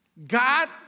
God